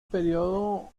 periodo